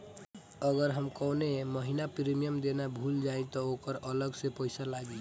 अगर हम कौने महीने प्रीमियम देना भूल जाई त ओकर अलग से पईसा लागी?